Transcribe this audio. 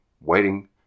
waiting